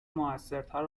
موثرتر